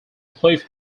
cliff